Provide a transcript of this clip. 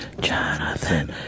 Jonathan